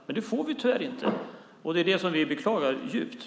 Men det får vi tyvärr inte, och det är det som vi djupt beklagar.